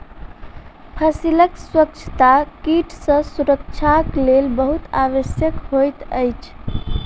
फसीलक स्वच्छता कीट सॅ सुरक्षाक लेल बहुत आवश्यक होइत अछि